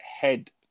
head